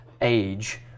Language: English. age